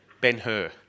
Ben-Hur